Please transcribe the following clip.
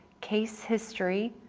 case history,